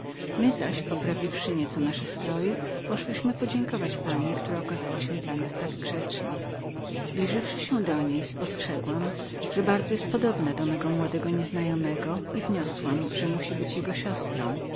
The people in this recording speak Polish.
my zaś poprawiwszy nieco nasze ubrania poszłyśmy podziękować pani która okazała się dla nas tak grzeczną zbliżywszy się do niej spostrzegłam że bardzo była podobną do mego młodego nieznajomego i wniosłam że musiała być jego siostrą